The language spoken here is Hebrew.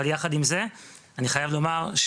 אבל יחד עם זה אני חייב לומר,